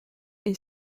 est